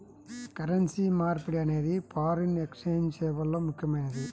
currency మార్పిడి అనేది foreign exchange సేవల్లో ముఖ్యమైనది